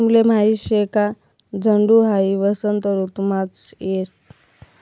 तुमले माहीत शे का झुंड हाई वसंत ऋतुमाच येस